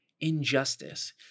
Injustice